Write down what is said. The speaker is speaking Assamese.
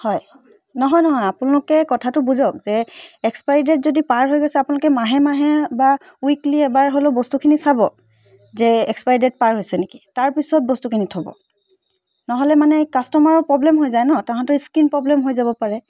হয় নহয় নহয় আপোনালোকে কথাটো বুজক যে এক্সপাইৰী ডেট যদি পাৰ হৈ গৈছে আপোনালোকে মাহে মাহে বা ৱিকলী এবাৰ হ'লেও বস্তুখিনি চাব যে এক্সপাইৰী ডেট পাৰ হৈছে নেকি তাৰপিছত বস্তুখিনি থ'ব নহ'লে মানে কাষ্টমাৰৰ প্ৰবলেম হৈ যায় ন তাহাঁতৰ স্কিন প্ৰবলেম হৈ যাব পাৰে